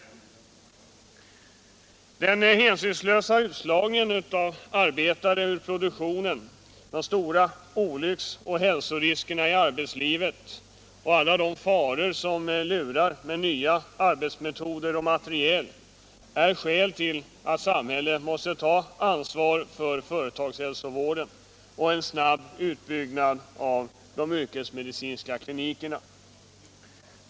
Den hänsynslösa utslagningen av arbetare ur produktionen, de stora olycksoch hälsoriskerna i arbetslivet och alla de faror som lurar med nya arbetsmetoder och material är skäl till att samhället måste ta ansvar för företagshälsovården och en snabb utbyggnad av de yrkesmedicinska klinikerna.